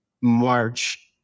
March